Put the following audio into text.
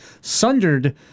Sundered